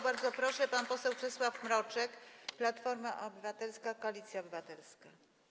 Bardzo proszę, pan poseł Czesław Mroczek, Platforma Obywatelska - Koalicja Obywatelska.